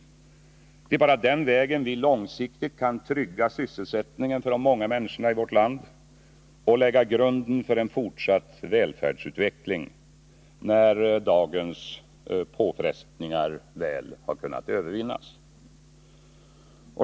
Det är bara den vägen vi långsiktigt kan trygga sysselsättningen för de många människorna i vårt land och lägga grunden till en fortsatt välfärdsutveckling, när dagens påfrestningar väl har kunnat övervinnas.